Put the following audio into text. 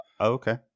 okay